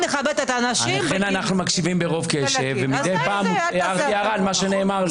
לכן אנו מקשיבים ברוב קשב ומדי פעם הערה על הנאמר.